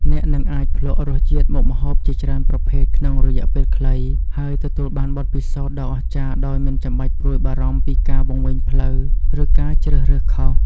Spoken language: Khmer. អ្នកនឹងអាចភ្លក្សរសជាតិមុខម្ហូបជាច្រើនប្រភេទក្នុងរយៈពេលខ្លី ហើយទទួលបានបទពិសោធន៍ដ៏អស្ចារ្យដោយមិនចាំបាច់ព្រួយបារម្ភពីការវង្វេងផ្លូវ ឬការជ្រើសរើសខុស។